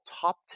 top